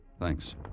Thanks